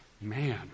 man